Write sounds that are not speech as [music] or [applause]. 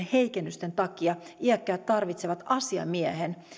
[unintelligible] heikennysten takia iäkkäät tarvitsevat asiamiehen